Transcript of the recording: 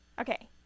Okay